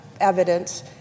evidence